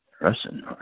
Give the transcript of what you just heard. Russian